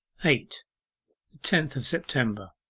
eight. the tenth of september